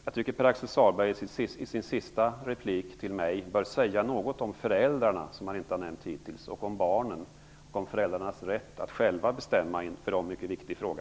Jag tycker att Pär-Axel Sahlberg i sin sista replik till mig bör säga något om föräldrarna, som han inte har nämnt hittills, och om barnen. Föräldrarna bör ha rätt att själva bestämma i en för dem mycket viktig fråga.